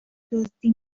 دزدی